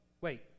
wait